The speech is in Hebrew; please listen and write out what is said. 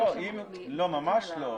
לא, ממש לא.